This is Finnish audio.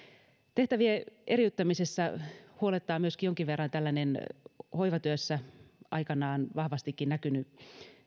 tehtävien eriyttämisessä huolettaa jonkin verran myöskin tällainen hoivatyössä aikanaan vahvastikin näkynyt